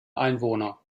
einwohner